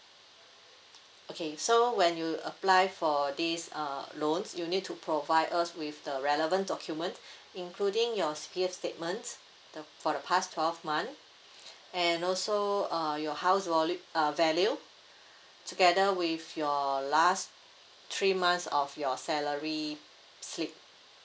okay so when you apply for this uh loans you need to provide us with the relevant document including your C_P_F statements the for the past twelve months and also uh your house value uh value together with your last three months of your salary slip